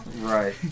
right